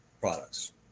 products